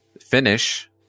finish